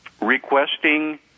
requesting